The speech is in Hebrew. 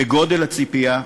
כגודל הציפייה,